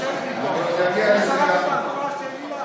שבושה בשבילך